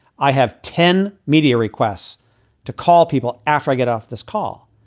i have ten media requests to call people after i get off this call.